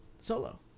Solo